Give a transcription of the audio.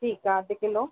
ठीकु आहे अधि किलो